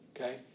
okay